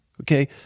okay